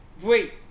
Wait